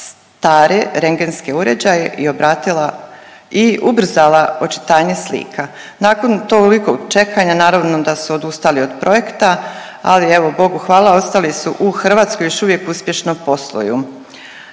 stare regentske uređaje i ubrzala očitanje slika. Nakon tolikog čekanja naravno da su odustali od projekta, ali evo Bogu hvala ostali su u Hrvatskoj još uvijek uspješno posluju.